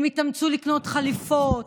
הם התאמצו לקנות חליפות,